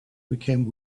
became